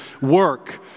work